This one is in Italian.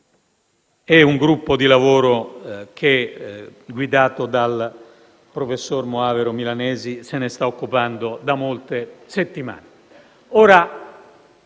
e un gruppo di lavoro guidato dal professor Moavero Milanesi se ne sta occupando da molte settimane.